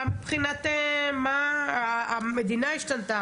המדינה השתנתה,